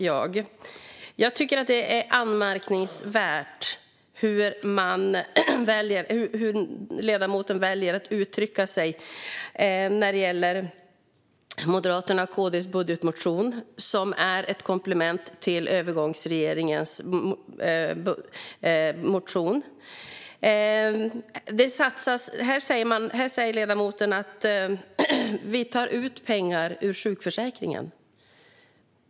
Jag tycker att det är anmärkningsvärt hur ledamoten väljer att uttrycka sig när det gäller Moderaternas och KD:s budgetmotion, som är ett komplement till övergångsregeringens förslag. Här säger ledamoten att vi tar ut pengar ur sjukförsäkringen.